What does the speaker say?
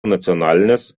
nacionalinės